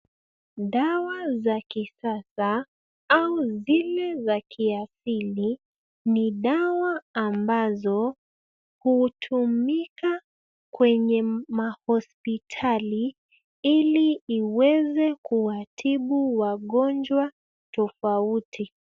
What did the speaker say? Dawa za kisasa au zile za kiasili ni dawa ambazo hutumika kwenye mahospitali ili iweze kuwatibu wagonjwa tofauti.